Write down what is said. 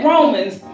Romans